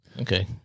Okay